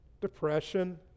depression